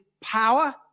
power